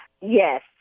Yes